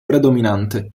predominante